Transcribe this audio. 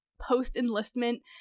post-enlistment